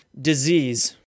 disease